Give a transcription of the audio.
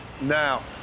now